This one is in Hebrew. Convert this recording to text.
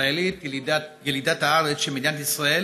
ישראלית ילידת הארץ, שמדינת ישראל